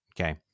Okay